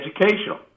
educational